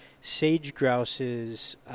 sage-grouse's